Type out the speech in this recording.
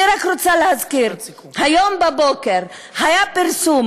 אני רק רוצה להזכיר: היום בבוקר היה פרסום,